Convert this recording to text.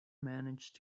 managed